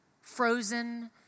frozen